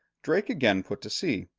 drake again put to sea,